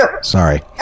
Sorry